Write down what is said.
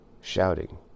Shouting